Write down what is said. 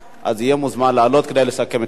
הוא יהיה מוזמן לעלות כדי לסכם את הדיון.